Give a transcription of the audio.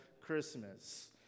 Christmas